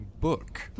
book